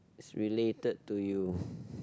is related to you